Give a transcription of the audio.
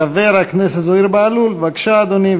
חבר הכנסת זוהיר בהלול, בבקשה, אדוני.